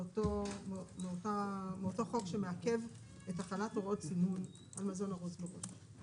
מאותו חוק שמעכב את החלת הוראות סימון מזון ארוז מראש.